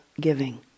giving